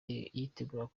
yiteguraga